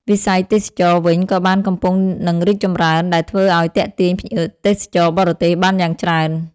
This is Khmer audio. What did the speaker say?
វិស័យទេសចរណ៍វិញ ក៏បានកំពុងនឹងរីកចម្រើនដែលធ្វើអោយទាក់ទាញភ្ញៀវទេសចរបរទេសបានយ៉ាងច្រើន។